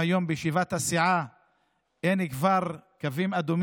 הייתי אומר שלפחות אני שומע אתכם מעת לעת,